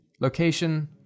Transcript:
Location